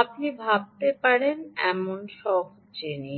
আপনি ভাবতে পারেন এমন সহজ জিনিস